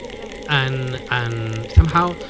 like and and somehow,